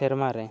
ᱥᱮᱨᱢᱟ ᱨᱮ